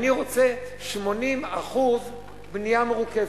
אני רוצה 80% בנייה מרוכזת,